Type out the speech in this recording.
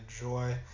enjoy